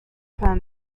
permit